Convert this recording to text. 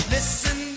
Listen